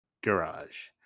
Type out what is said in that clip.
garage